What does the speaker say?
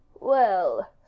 Well